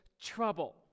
trouble